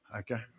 okay